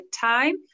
time